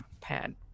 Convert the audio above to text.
pad